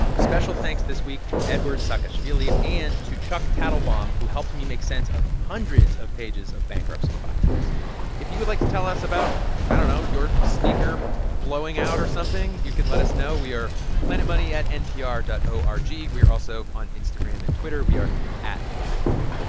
special thanks this week to eduard saakashvili and to chuck tatelbaum, who helped me make sense of hundreds of pages of bankruptcy filings if you would like to tell us about i don't know your sneaker blowing out or something, you can let us know. we are planetmoney at npr dot o r g. we are also on instagram and twitter. we are at planetmoney.